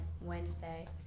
Wednesday